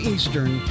Eastern